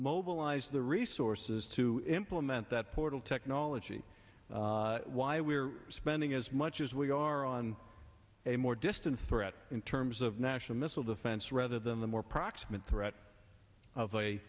mobilized the resources to implement that portal technology why we're spending as much as we are on a more distant threat in terms of national missile defense rather than the more proximate threat of a